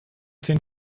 zehn